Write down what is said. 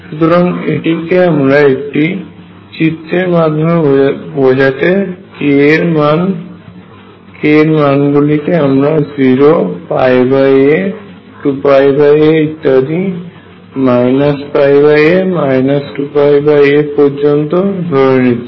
সুতরাং এটিকে আমরা একটি চিত্রের মাধ্যমে বোঝাতে k এর মান গুলিকে আমরা 0 a 2a ইত্যাদী a 2a পর্যন্ত ধরে নিচ্ছি